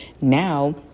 Now